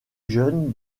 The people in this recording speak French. jeune